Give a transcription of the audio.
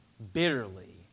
bitterly